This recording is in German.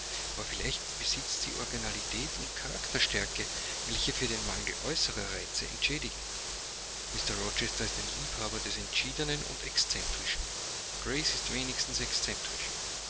aber vielleicht besitzt sie originalität und charakterstärke welche für den mangel äußerer reize entschädigen mr rochester ist ein liebhaber des entschiedenen und excentrischen grace ist wenigstens